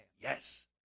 Yes